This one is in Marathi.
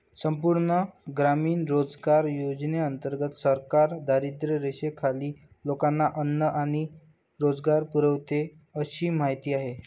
संपूर्ण ग्रामीण रोजगार योजनेंतर्गत सरकार दारिद्र्यरेषेखालील लोकांना अन्न आणि रोजगार पुरवते अशी माहिती आहे